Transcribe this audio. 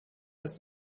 ist